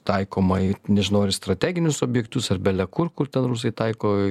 taikoma į nežinau ar į strateginius objektus ar bele kur kur ten rusai taiko